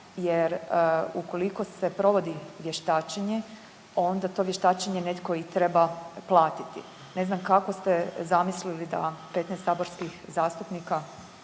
Jer ukoliko se provodi vještačenje, onda to vještačenje netko i treba platiti. Ne znam kako ste zamislili da 15 saborskih zastupnika